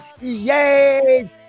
Yay